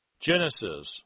Genesis